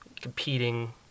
competing